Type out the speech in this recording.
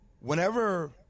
whenever